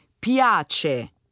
piace